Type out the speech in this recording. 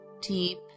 deep